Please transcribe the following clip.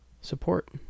support